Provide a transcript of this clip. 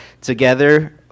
together